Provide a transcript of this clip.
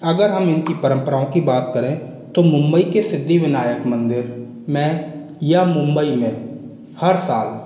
अगर हम इनकी परम्पराओं की बात करें तो मुंबई के सिद्धिविनायक मंदिर में या मुंबई में हर साल